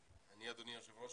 אדוני היושב ראש,